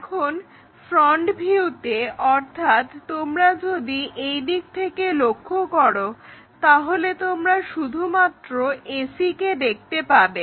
এখন ফ্রন্ট ভিউতে অর্থাৎ তোমরা যদি এই দিক থেকে লক্ষ্য করো তাহলে আমরা শুধুমাত্র ac দেখতে পাবো